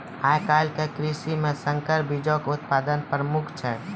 आइ काल्हि के कृषि मे संकर बीजो के उत्पादन प्रमुख छै